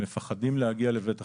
מפחדים להגיע לבית החולים,